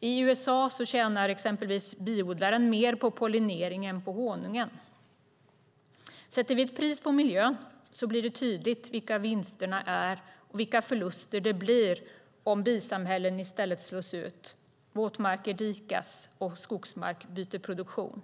I USA tjänar exempelvis biodlaren mer på pollinering än på honungen. Sätter vi ett pris på miljön blir det tydligt vilka vinsterna är och vilka förluster det blir om bisamhällen i stället slås ut, våtmarker dikas och skogsmark byter produktion .